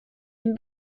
dem